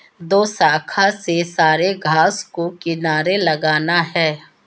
दोशाखा से सारे घास को किनारे लगाना है